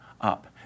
up